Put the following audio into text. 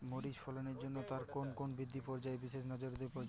মরিচ ফলনের জন্য তার কোন কোন বৃদ্ধি পর্যায়ে বিশেষ নজরদারি প্রয়োজন?